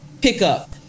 pickup